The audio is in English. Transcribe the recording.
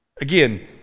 Again